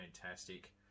fantastic